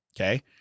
Okay